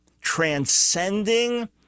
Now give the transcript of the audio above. transcending